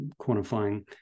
quantifying